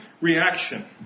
reaction